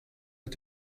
mit